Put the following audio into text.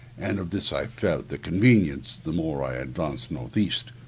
and of this i felt the inconvenience the more i advanced north-east.